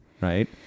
Right